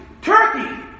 Turkey